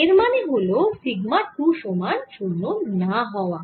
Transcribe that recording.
এর মানে হল সিগমা 2 সমান 0 না হওয়া